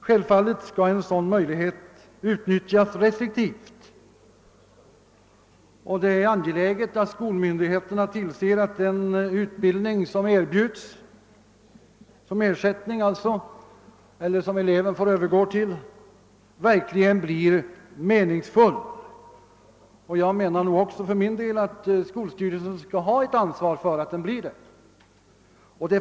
Självfallet skall en sådan möjlighet utnyttjas restriktivt, och det är angeläget att skolmyndigheterna tillser att den utbildning, som erbjuds som ersättning eller som eleven får övergå till, verkligen blir meningsfull. Jag menar också att skolstyrelsen bör ha ansvar för att den blir det.